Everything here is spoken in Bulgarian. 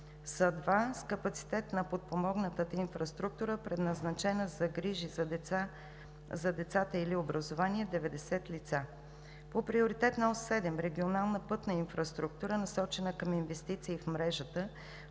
са два с капацитет на подпомогнатата инфраструктура, предназначена за грижи за децата или образование, 90 лица. По Приоритетна ос 7 – „Регионална пътна инфраструктура“, насочена към инвестиции в мрежата